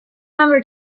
number